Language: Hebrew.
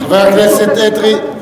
זה בדיוק הכסף שהוצאתם מסל התרופות.